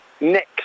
Next